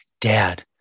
dad